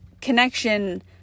connection